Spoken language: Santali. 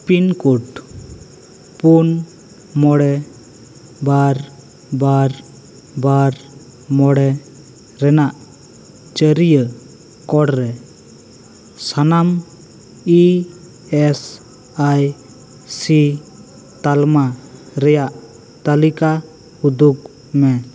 ᱯᱤᱱᱠᱳᱰ ᱯᱩᱱ ᱢᱚᱬᱮ ᱵᱟᱨ ᱵᱟᱨ ᱵᱟᱨ ᱢᱚᱬᱮ ᱨᱮᱱᱟᱜ ᱪᱟᱹᱨᱤᱭᱟᱹ ᱠᱚᱲᱨᱮ ᱥᱟᱱᱟᱢ ᱤ ᱮᱥ ᱟᱭ ᱥᱤ ᱛᱟᱞᱢᱟ ᱨᱮᱭᱟᱜ ᱛᱟᱹᱞᱤᱠᱟ ᱩᱫᱩᱜᱽ ᱢᱮ